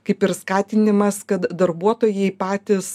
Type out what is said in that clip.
kaip ir skatinimas kad darbuotojai patys